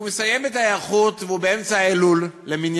זה לא ארצות-הברית, זה לא ארצות-הברית.